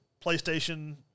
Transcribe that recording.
PlayStation